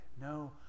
no